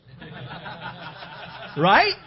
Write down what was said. right